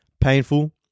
painful